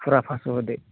पुरा पासस' होदो